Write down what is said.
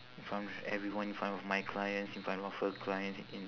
in front of everyone in front of my clients in front of her clients i~